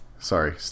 Sorry